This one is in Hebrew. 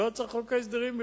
לא היה צריך חוק הסדרים בכלל.